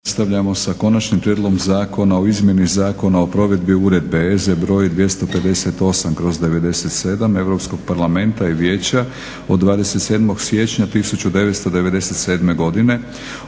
Nastavljamo sa: - Konačnim prijedlogom Zakona o izmjeni Zakona o provedbi uredbe (EZ) br. 258/97 Europskog Parlamenta i Vijeća od 27.siječnja 1997. godine